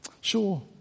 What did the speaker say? Sure